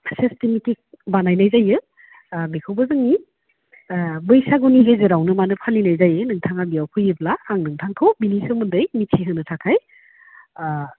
systematic बानायनाय जायो बेखौबो जोंनि बैसागुनि गेजेरावनो माने फालिनाय जायो नोंथाङा बेयाव फैयोब्ला आं नोंथांखौ बिनि सोमोन्दै मिथिहोनो थाखाय